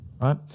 right